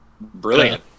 Brilliant